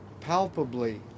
palpably